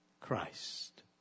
Christ